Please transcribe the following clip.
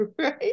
right